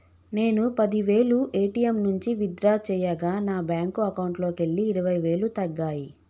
నేను పది వేలు ఏ.టీ.యం నుంచి విత్ డ్రా చేయగా నా బ్యేంకు అకౌంట్లోకెళ్ళి ఇరవై వేలు తగ్గాయి